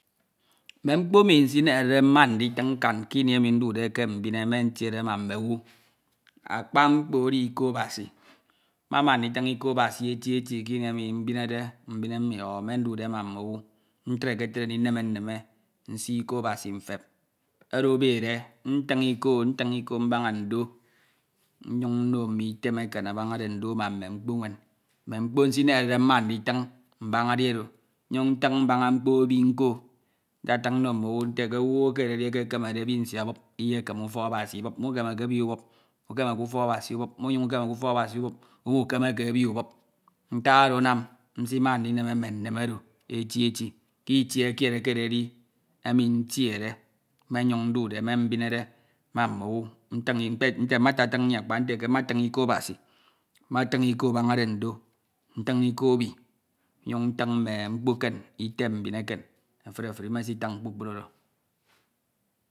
mme mkpo emi nsinehede mma nditin nkam kini emi nduke ke mbine me ntiede ma mmowu akpa mkpo edo iko Abasi. mmama nditin iko Abasi eti eti kini emi mbinede mbine mmi o me ndude ma mmowu nkreketre ndireme nneme nsi iko Abasi mtep. oro ebede ntin iko. ntin iko mbana ndo. nyin nno mme item ekan abapado ndo ma mme mkpo enwen. mme mkpo nsinelude de mma nditin mbana edi oro. nnyun ntin mkpo ebi nko. ntatin nno mme owu ete ke owu ekededi eke ekumede ebi nsie abup iyekeme ufok Abasi ibup. mukemeke ebi ubup. umukemeke ufok Abasi ubup. umumyin ukemeke ufok Abasi ubup. ntak oro anan nsima ndinere owu ntin nte mma atin nne akpa nte ke matin iko Abasi matin iko abanade ndo. ntin iko ebin nyun ntin mme eten. item mbin ekem efuri. me sitim kpukpru oro